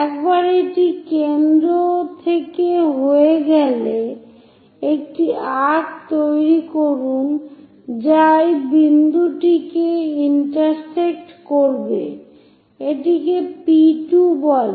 একবার এটি কেন্দ্র থেকে হয়ে গেলে একটি আর্ক্ তৈরি করুন যা এই বিন্দুটিকে ইন্টারসেক্ট করবে এটিকে P2 বলে